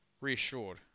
reassured